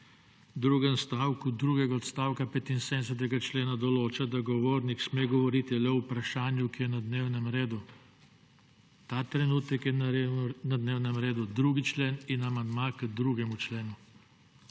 v drugem stavku drugega odstavka 75. člena določa, da govornik sme govoriti le o vprašanju, ki je na dnevnem redu. Ta trenutek je na dnevnem redu 2. člen in amandma k 2. členu.